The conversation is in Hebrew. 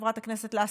חברת הכנסת לסקי.